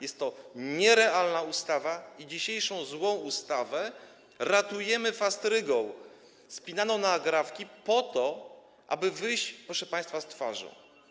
Jest to nierealna ustawa i tę dzisiejszą złą ustawę ratujemy fastrygą spinaną na agrafki po to, aby wyjść, proszę państwa, z twarzą.